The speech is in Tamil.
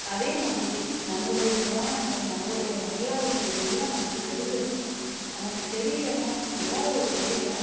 அதே மாதிரி நம்மளுடைய புராணங்கள் நம்மளுடைய வரலாறுகள் இதை எல்லாம் நமக்கு தெரிஞ்சிருக்கணும் நமக்கு தெரியலைனா ஏதாவது ஒரு வழியில்